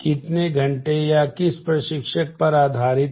कितने घंटे या किस प्रशिक्षक पर आधारित है